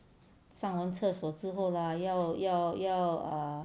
上完厕所之后 lah 要要要